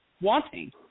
wanting